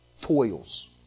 toils